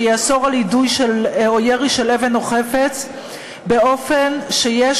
שיאסור יידוי או ירי של אבן או חפץ באופן שיש